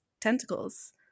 tentacles